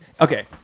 okay